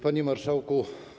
Panie Marszałku!